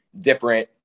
different